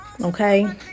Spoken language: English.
okay